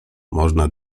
można